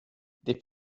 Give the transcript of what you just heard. they